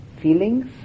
feelings